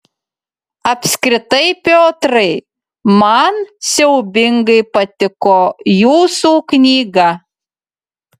apskritai piotrai man siaubingai patiko jūsų knyga